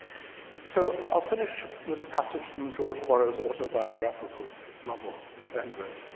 so i'll finish with a passage from george borrow's autobiographical novel, lavengro,